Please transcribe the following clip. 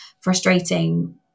frustrating